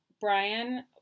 Brian